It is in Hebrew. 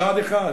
צעד אחד,